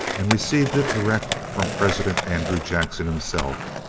and received it direct from president andrew jackson himself.